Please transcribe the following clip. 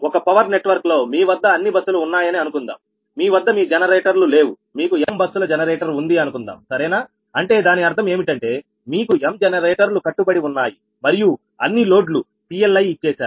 ఒక పవర్ నెట్వర్క్లో మీ వద్ద అన్ని బస్సులు ఉన్నాయని అనుకుందాం మీ వద్ద మీ జనరేటర్లు లేవు మీకు m బస్సుల జనరేటర్ ఉంది అనుకుందాం సరేనా అంటే దాని అర్థం ఏమిటంటే మీకు m జనరేటర్లు కట్టుబడి ఉన్నాయి మరియు అన్ని లోడ్లు PLi ఇచ్చేశారు